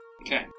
Okay